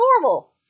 normal